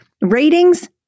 Ratings